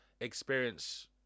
experience